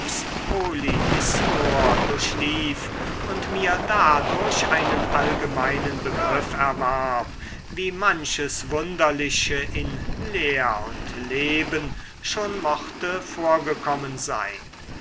polyhistor durchlief und mir dadurch einen allgemeinen begriff erwarb wie manches wunderliche in lehr und leben schon mochte vorgekommen sein